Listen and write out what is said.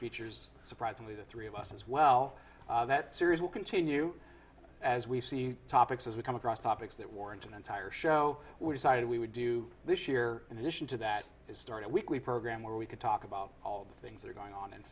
features surprisingly the three of us as well that series will continue as we see topics as we come across topics that warrant an entire show we decided we would do this year in addition to that is start a weekly program where we could talk about all the things that are going on in